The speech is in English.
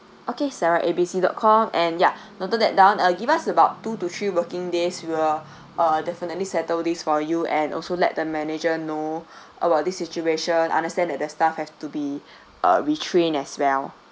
okay sarah A B C dot com and ya noted that down uh give us about two to three working days will uh definitely settle this for you and also let the manager know about this situation understand that the staff have to be retrain as well